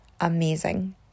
amazing